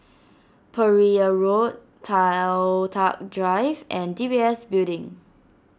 Pereira Road Toh Tuck Drive and D B S Building